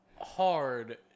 hard